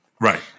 Right